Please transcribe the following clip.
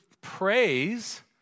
praise